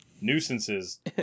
nuisances